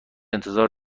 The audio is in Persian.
انتظار